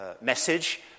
message